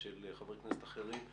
ושל חברי כנסת אחרים,